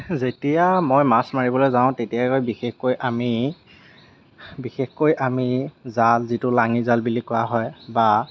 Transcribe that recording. যেতিয়া মই মাছ মাৰিবলৈ যাওঁ তেতিয়াই বিশেষকৈ আমি বিশেষকৈ আমি জাল যিটো লাঙি জাল বুলি কোৱা হয় বা